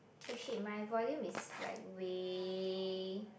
eh shit my volume is like way